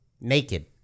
Naked